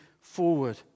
forward